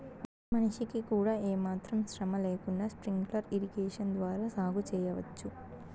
మనిషికి కూడా ఏమాత్రం శ్రమ లేకుండా స్ప్రింక్లర్ ఇరిగేషన్ ద్వారా సాగు చేయవచ్చు